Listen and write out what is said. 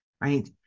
Right